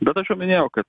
bet aš jau minėjau kad